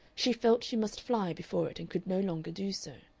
she felt she must fly before it and could no longer do so.